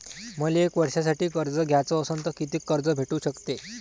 मले एक वर्षासाठी कर्ज घ्याचं असनं त कितीक कर्ज भेटू शकते?